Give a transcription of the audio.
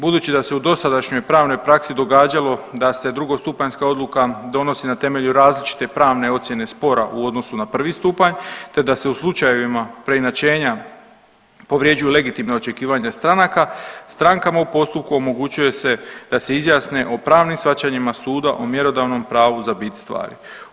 Budući da se u dosadašnjoj pravnoj praksi događalo da se drugostupanjska odluka donosi na temelju različite pravne ocijene spora u odnosu na prvi stupanj, te da se u slučajevima preinačenja povređuju legitimna očekivanja stranaka, strankama u postupku omogućuje se da se izjasne o pravnim shvaćanjima suda o mjerodavnom pravu za bit stvari.